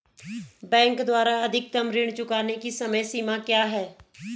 Bank द्वारा अधिकतम ऋण चुकाने की समय सीमा क्या है?